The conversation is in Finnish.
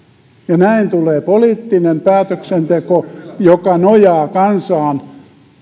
näin tähän tulee pohjaksi poliittinen päätöksenteko joka nojaa kansaan